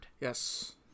yes